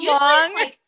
long